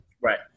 Right